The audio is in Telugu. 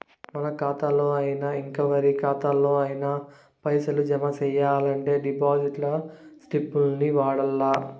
మన కాతాల్లోనయినా, ఇంకెవరి కాతాల్లోనయినా పైసలు జమ సెయ్యాలంటే డిపాజిట్ స్లిప్పుల్ని వాడల్ల